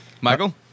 Michael